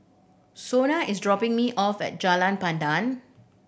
Shona is dropping me off at Jalan Pandan